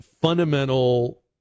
fundamental